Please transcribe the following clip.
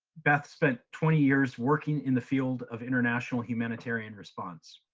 beth spent twenty years working in the field of international humanitarian response.